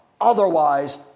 Otherwise